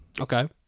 Okay